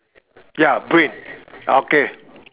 ya brain okay